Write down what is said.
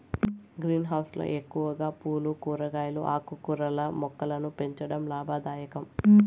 green house లో ఎక్కువగా పూలు, కూరగాయలు, ఆకుకూరల మొక్కలను పెంచడం లాభదాయకం